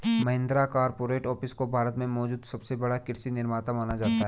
Mahindra corporate office को भारत में मौजूद सबसे बड़ा कृषि निर्माता माना जाता है